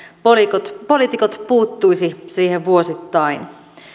poliitikot poliitikot puuttuisi siihen vuosittain